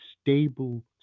stable